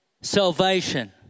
salvation